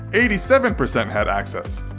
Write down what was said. eighty seven percent had access.